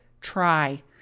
try